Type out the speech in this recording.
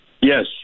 Yes